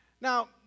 Now